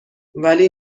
ولی